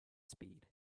speed